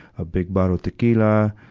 a big bottle of tequila,